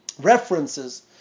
references